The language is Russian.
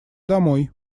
домой